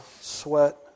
sweat